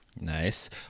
Nice